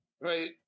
right